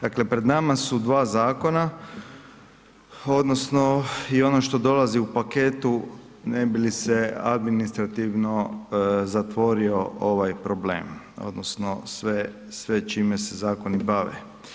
Dakle pred nama su dva zakona odnosno i ono što dolazi u paketu ne bi li se administrativno zatvorio ovaj problem odnosno sve čime se zakoni bave.